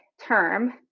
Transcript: term